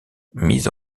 mis